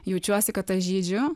jaučiuosi kad aš žydžiu